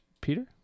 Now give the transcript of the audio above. Peter